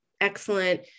excellent